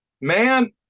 Man